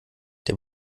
der